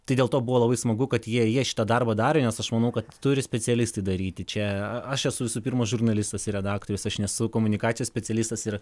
tai dėl to buvo labai smagu kad jie jie šitą darbą darė nes aš manau kad turi specialistai daryti čia aš esu visų pirma žurnalistas ir redaktorius aš nesu komunikacijos specialistas ir